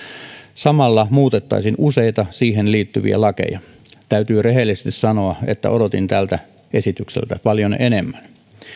samalla muutettaisiin useita siihen liittyviä lakeja täytyy rehellisesti sanoa että odotin tältä esitykseltä paljon enemmän